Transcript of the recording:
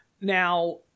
Now